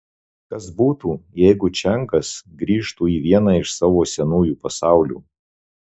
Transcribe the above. kas būtų jeigu čiangas grįžtų į vieną iš savo senųjų pasaulių